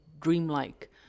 dreamlike